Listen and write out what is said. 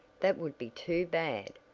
that would be too bad!